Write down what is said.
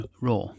RAW